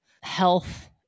health